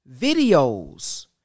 videos